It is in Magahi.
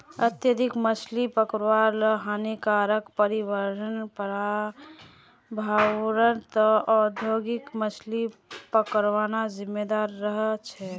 अत्यधिक मछली पकड़ ल हानिकारक पर्यावरणीय प्रभाउर त न औद्योगिक मछली पकड़ना जिम्मेदार रह छेक